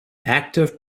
active